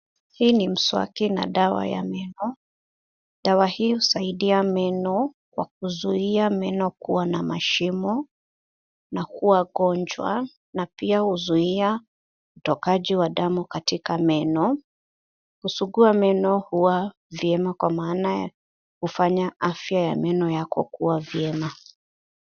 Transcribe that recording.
Hii ni mswaki na dawa ya meno, dawa hio husaidia meno kwa kuzuia meno kua na mashimo na kuwa gonjwa na pia huzuia utokaji wa damu katika meno. Kusugua meno huwa vyema kwa maana hufanya afya ya meno yako kua vyema.